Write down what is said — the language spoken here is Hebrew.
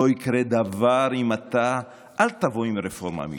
לא יקרה דבר אם אתה, אל תבוא עם רפורמה משלך.